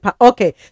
Okay